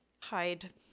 hide